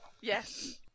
Yes